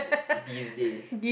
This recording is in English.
these days